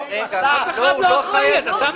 אף אחד לא אחראי על כלום.